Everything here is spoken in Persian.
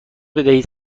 بدهید